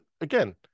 again